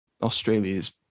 Australia's